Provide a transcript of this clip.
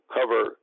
cover